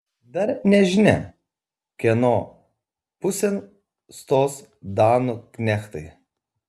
dar nežinia kieno pusėn stos danų knechtai